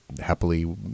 happily